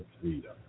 freedom